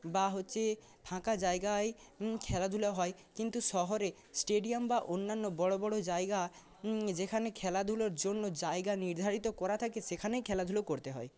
বা হচ্ছে ফাঁকা জায়গায় খেলাধূলা হয় কিন্তু শহরে স্টেডিয়াম বা অন্যান্য বড় বড় জায়গা যেখানে খেলাধূলার জন্য জায়গা নির্ধারিত করা থাকে সেখানেই খেলাধুলো করতে হয়